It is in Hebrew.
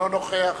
אינו נוכח